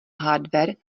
hardware